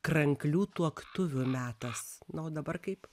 kranklių tuoktuvių metas na o dabar kaip